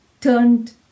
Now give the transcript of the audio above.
turned